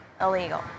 illegal